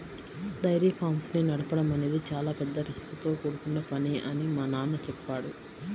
dairy farms ని నడపడం అనేది చాలా పెద్ద రిస్కుతో కూడుకొన్న పని అని మా నాన్న చెప్పాడు